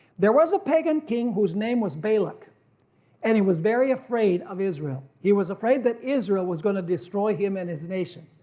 there was a pagan king whose name was balak and he was very afraid of israel, he was afraid that israel was going to destroy him and his nation.